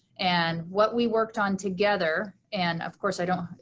and what we worked on together, and of course i don't,